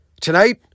Tonight